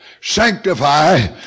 sanctify